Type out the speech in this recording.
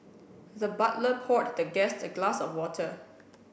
the butler poured the guest a glass of water